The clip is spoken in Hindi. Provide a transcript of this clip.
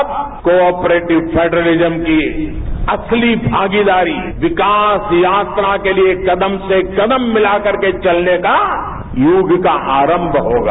अब कॉपरेटिव फेडरलिज्म की असली भागीदारी विकास यात्रा के लिए कदम से कदम मिला कर के चलने का युग का आरंभ होगा